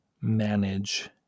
manage